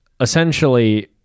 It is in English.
essentially